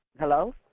hello.